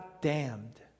damned